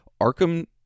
Arkham